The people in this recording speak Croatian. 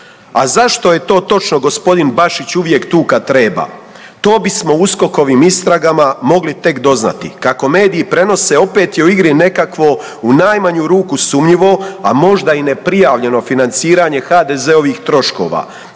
A zašto je to točno g. Bašić uvijek tu kad treba, to bismo USKOK-ovim istragama mogli tek doznati. Kako mediji prenose opet je u igri nekakvo u najmanju ruku sumnjivo, a možda i neprijavljeno financiranje HDZ-ovih troškova.